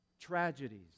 Tragedies